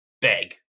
beg